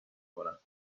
کنم